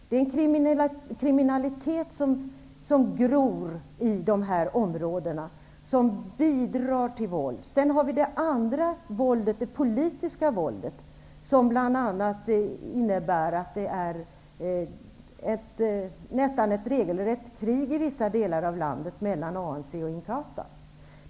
Dessutom gror kriminaliteten i de här områdena, och den bidrar också till våldet. Sedan har vi det politiska våldet, som bl.a. innebär att ett i det närmaste regelrätt krig pågår i vissa delar av landet mellan ANC och Inkatha.